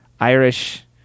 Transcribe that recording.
Irish